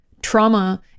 Trauma